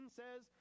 says